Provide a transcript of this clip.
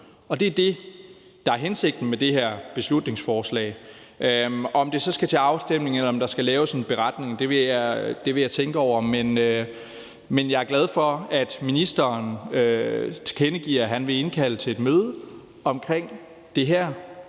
Det er det, der er hensigten med det her beslutningsforslag. Om det så skal til afstemning, eller om der skal laves en beretning, vil jeg tænke over. Men jeg er glad for, at ministeren tilkendegiver, at han vil indkalde til et møde om det her.